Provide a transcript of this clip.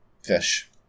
fish